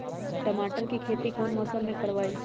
टमाटर की खेती कौन मौसम में करवाई?